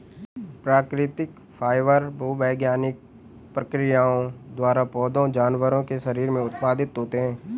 प्राकृतिक फाइबर भूवैज्ञानिक प्रक्रियाओं द्वारा पौधों जानवरों के शरीर से उत्पादित होते हैं